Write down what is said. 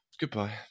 goodbye